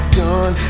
done